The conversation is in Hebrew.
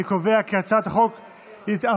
אני קובע כי הצעת החוק עברה,